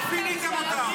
פיניתם אותם.